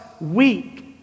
weak